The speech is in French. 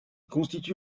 constitue